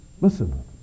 Listen